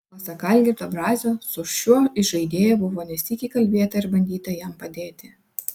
pasak algirdo brazio su šiuo įžaidėju buvo ne sykį kalbėta ir bandyta jam padėti